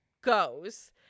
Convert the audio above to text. goes